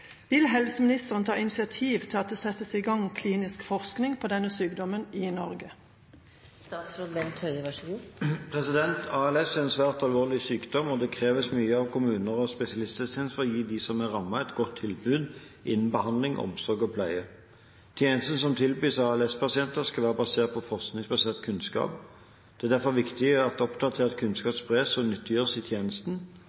Vil statsråden ta initiativ til at det settes i gang klinisk forskning på denne sykdommen i Norge?» ALS er en svært alvorlig sykdom, og det kreves mye av kommuner og spesialisthelsetjenester for å gi dem som er rammet, et godt tilbud innen behandling, omsorg og pleie. Tjenestene som tilbys ALS-pasienter, skal være basert på forskningsbasert kunnskap. Det er derfor viktig at oppdatert kunnskap spres og nyttiggjøres i tjenesten,